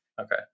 Okay